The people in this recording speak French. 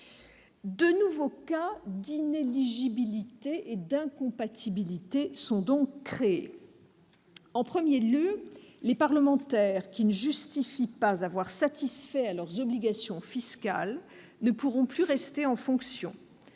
de nouveaux cas d'inéligibilité et d'incompatibilité sont créés. En premier lieu, les parlementaires dans l'incapacité de justifier qu'ils ont satisfait à leurs obligations fiscales ne pourront plus rester en fonction.